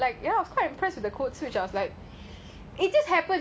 that always happen to me